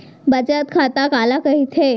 बचत खाता काला कहिथे?